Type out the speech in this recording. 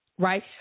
Right